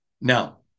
Now